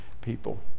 people